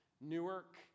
Newark